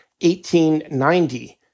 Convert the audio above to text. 1890